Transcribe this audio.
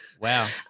Wow